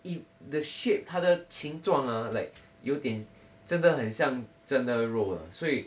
it the shape 他的情状啊 like 有点真的很像真的肉啊所以